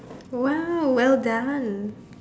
!wow! well done